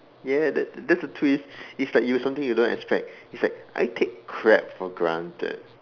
ya that's that's a twist it's like you something you don't expect it's like I take crab for granted